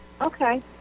Okay